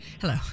Hello